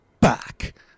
back